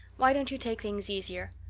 why won't you take things easier?